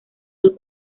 del